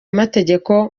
amategeko